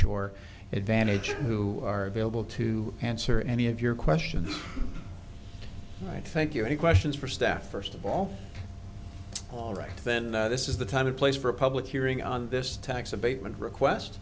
shore advantage who are available to answer any of your questions all right thank you any questions for staff first of all all right then that this is the time and place for a public hearing on this tax abatement request